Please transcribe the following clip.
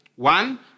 One